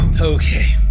Okay